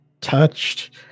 touched